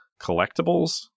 collectibles